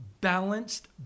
balanced